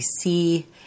see